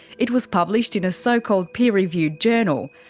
it was published in a so-called peer reviewed journal,